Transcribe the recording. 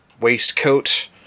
waistcoat